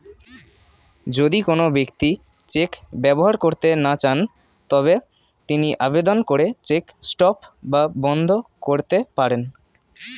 যদি কোন ব্যক্তি চেক ব্যবহার করতে না চান তবে তিনি আবেদন করে চেক স্টপ বা বন্ধ করতে পারেন